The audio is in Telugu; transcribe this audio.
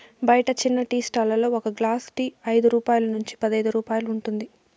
బయట చిన్న టీ స్టాల్ లలో ఒక గ్లాస్ టీ ఐదు రూపాయల నుంచి పదైదు రూపాయలు ఉంటుంది